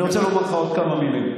אני רוצה לומר לך עוד כמה מילים.